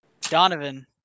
Donovan